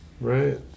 right